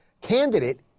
candidate